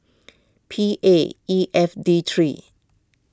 P A E F D three